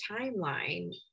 timeline